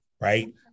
right